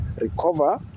recover